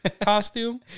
costume